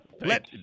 Let